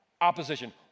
opposition